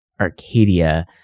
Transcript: Arcadia